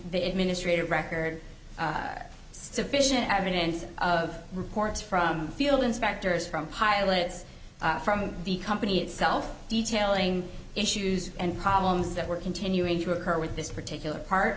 the administrative record sufficient evidence of reports from field inspectors from pilots from the company itself detailing issues and problems that were continuing to occur with this particular part